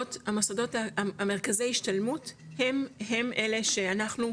המרכזי השתלמות הם אלה שאנחנו,